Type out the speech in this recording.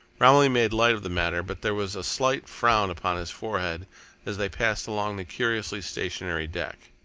romilly made light of the matter, but there was a slight frown upon his forehead as they passed along the curiously stationary deck.